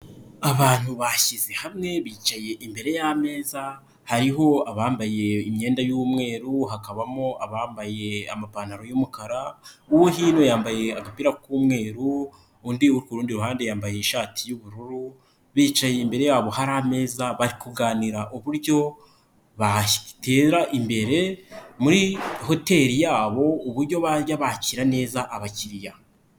Abantu bashyize hamwe bicaye imbere y'ameza hariho abambaye imyenda y'umweru, hakabamo abambaye amapantaro y'umukara uwo hino yambaye agapira k'umweru, undi ku rundi ruhande yambaye ishati y'ubururu, bicaye imbere yabo hari ameza bari kuganira uburyo batera imbere muri hoteri yabo uburyo bajya bakira neza abakiriya.